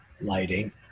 lighting